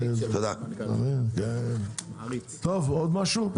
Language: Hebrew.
טוב עוד משהו?